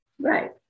Right